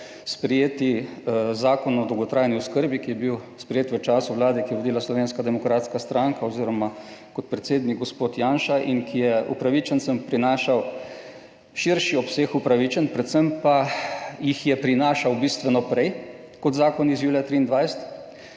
sprejeti Zakon o dolgotrajni oskrbi, ki je bil sprejet v času vlade, ki jo je vodila Slovenska demokratska stranka oziroma kot predsednik gospod Janša in ki je upravičencem prinašal širši obseg, upravičen. Predvsem pa jih je prinašal bistveno prej kot zakon iz julija 2023.